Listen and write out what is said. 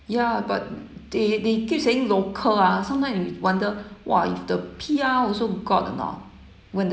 ya but they they keep saying local ah sometimes y~ you wonder !wah! if the P_R also got or not when the